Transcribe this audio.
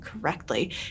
correctly